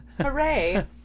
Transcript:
Hooray